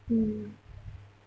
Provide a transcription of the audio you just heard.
mm